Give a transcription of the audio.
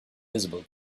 visible